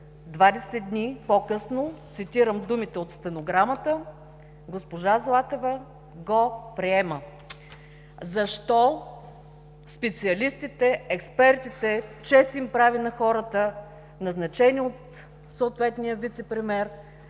20 дни по-късно, цитирам думите от стенограмата, госпожа Златева го приема. Защо специалистите, експертите, чест им прави на хората назначени от съответния вицепремиер,